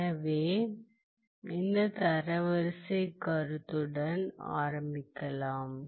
எனவே இந்த தரவரிசைக் கருத்துடன் ஆரம்பிக்கலாம்